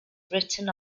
written